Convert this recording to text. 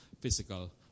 physical